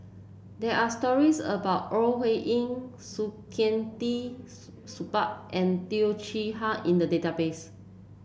there are stories about Ore Huiying Saktiandi Supaat and Teo Chee Hean in the database